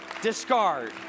discard